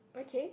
okay